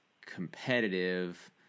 competitive